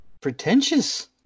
pretentious